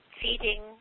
feeding